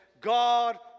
God